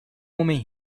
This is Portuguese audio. homem